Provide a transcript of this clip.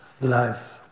life